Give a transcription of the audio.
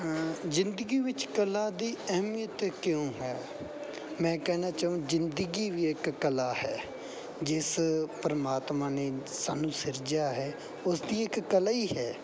ਜ਼ਿੰਦਗੀ ਵਿੱਚ ਕਲਾ ਦੀ ਅਹਿਮੀਅਤ ਕਿਉਂ ਹੈ ਮੈਂ ਕਹਿਣਾ ਚਾਹੁਣ ਜ਼ਿੰਦਗੀ ਵੀ ਇੱਕ ਕਲਾ ਹੈ ਜਿਸ ਪਰਮਾਤਮਾ ਨੇ ਸਾਨੂੰ ਸਿਰਜਿਆ ਹੈ ਉਸਦੀ ਇੱਕ ਕਲਾ ਹੀ ਹੈ